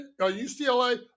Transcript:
UCLA